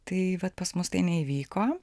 tai vat pas mus tai neįvyko